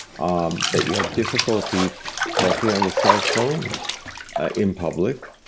um that you have difficulty talking on the cellphone in public,